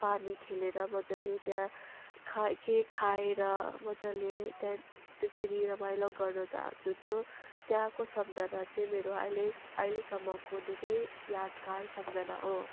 पानी खेलेर मजाले त्यहाँ खा केही खाएर मजाले त्यहाँ त्यसरी रमाइलो गर्न चाहन्छु त्यो त्यहाँको सम्झना चाहिँ मेरो अहिले अहिलेसम्मको धेरै यादगार सम्झना हो